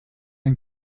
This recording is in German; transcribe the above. ein